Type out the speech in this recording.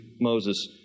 Moses